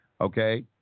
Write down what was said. Okay